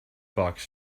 box